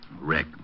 Rick